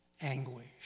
anguish